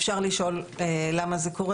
אפשר לשאול למה זה קורה.